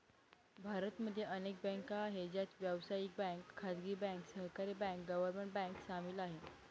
भारत मध्ये अनेक बँका आहे, ज्यात व्यावसायिक बँक, खाजगी बँक, सहकारी बँक, गव्हर्मेंट बँक सामील आहे